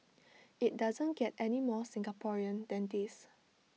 IT doesn't get any more Singaporean than this